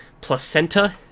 placenta